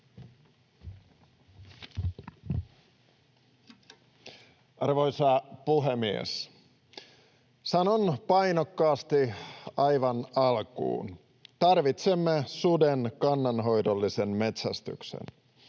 Arvoisa puhemies! Sanon painokkaasti aivan alkuun: Tarvitsemme suden kannanhoidollisen metsästyksen.